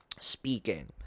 speaking